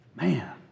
Man